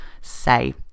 say